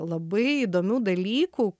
labai įdomių dalykų